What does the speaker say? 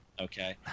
okay